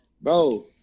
Bro